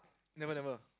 never never